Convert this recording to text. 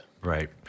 Right